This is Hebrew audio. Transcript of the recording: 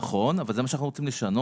נכון, אבל זה מה שאנחנו רוצים לשנות.